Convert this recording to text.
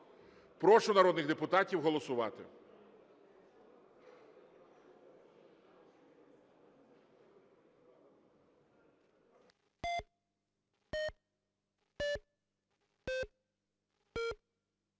Прошу народних депутатів голосувати.